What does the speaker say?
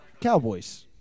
Cowboys